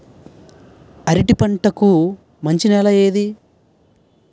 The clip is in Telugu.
అరటి పంట కి మంచి నెల ఏది?